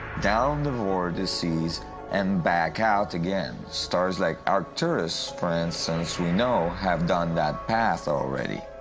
down the vortices and back out again. stars, like arcturus for instance, we know have done that path already.